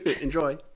Enjoy